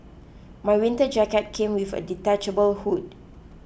my winter jacket came with a detachable hood